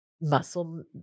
muscle